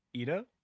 Ida